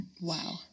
Wow